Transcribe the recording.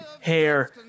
hair